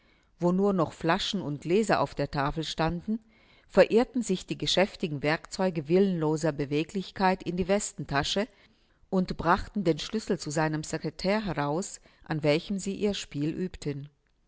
wo nur noch flaschen und gläser auf der tafel standen verirrten sich die geschäftigen werkzeuge willenloser beweglichkeit in die westentasche und brachten den schlüssel zu seinem secretair heraus an welchem sie ihr spiel übten